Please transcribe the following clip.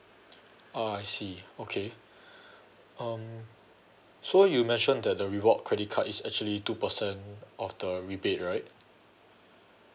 ah I see okay um so you mentioned that the reward credit card is actually two percent of the rebate right